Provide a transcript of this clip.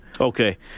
Okay